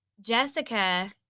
Jessica